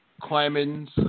Clemens